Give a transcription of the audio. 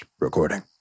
recording